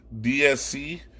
DSC